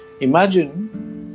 Imagine